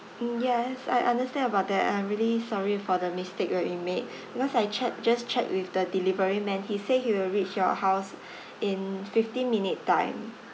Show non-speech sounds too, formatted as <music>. mm yes I understand about that I'm really sorry for the mistake that we be made <breath> because I check just check with the delivery man he say he will reach your house <breath> in fifteen minute time